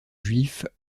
juifs